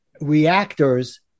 reactors